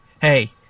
hey